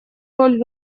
роль